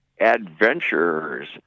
adventurers